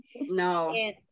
No